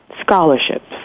scholarships